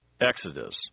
Exodus